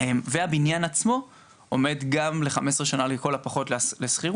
והבניין עצמו עומד גם ל-15 שנה לכל הפחות להשכרה